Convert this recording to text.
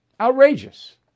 Outrageous